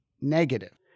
negative